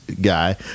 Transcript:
guy